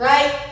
Right